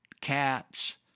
cats